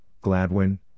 Gladwin